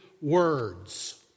words